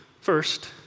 first